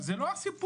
זה לא הסיפור.